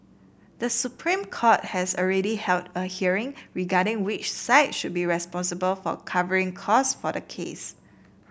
the Supreme Court has already held a hearing regarding which side should be responsible for covering costs for the case